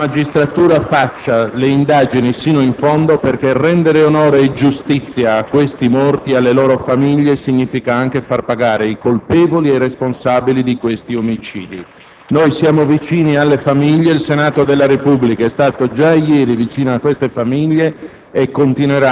che la magistratura indaghi a fondo, perché rendere onore e giustizia a quei morti e alle loro famiglie significa anche far pagare i colpevoli e i responsabili di questi omicidi. Siamo vicini alle famiglie, il Senato della Repubblica è stato già ieri vicino a queste famiglie